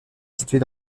située